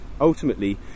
ultimately